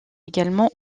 également